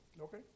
Okay